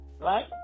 Right